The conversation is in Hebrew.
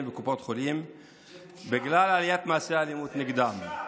וקופות החולים בגלל עליית מעשי האלימות נגדם.